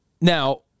now